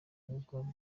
n’uko